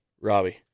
Robbie